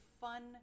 fun